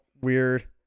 weird